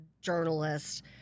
journalists